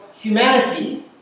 humanity